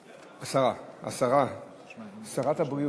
השרה, שרת הבריאות.